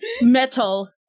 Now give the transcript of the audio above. metal